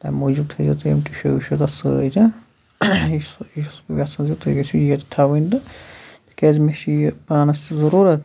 تَمہِ موٗجوٗب تھٔےزیو تُہۍ یِم ٹِشوٗ وِشوٗ تَتھ سۭتۍ یہِ چھُس یہِ چھُس بہٕ ٮ۪ژھان زِ تُہۍ گٔژھِو یہِ تھاوٕنۍ تہٕ تِکیٛازِ مےٚ چھِ یہِ پانَس تہِ ضٔروٗرت